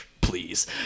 please